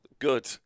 Good